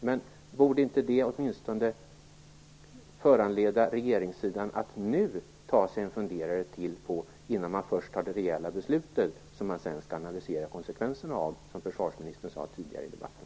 Men borde det inte åtminstone föranleda regeringssidan att nu ta sig en funderare till innan man först fattar det reella beslutet, som man sedan skall analysera konsekvenserna av, som försvarsministern sade tidigare i debatten?